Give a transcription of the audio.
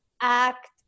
act